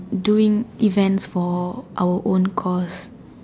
doing events for our own cause